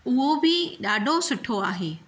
उहो बि ॾाढो सठो आहे